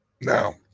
Now